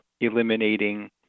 eliminating